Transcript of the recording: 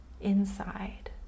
inside